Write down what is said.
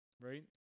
right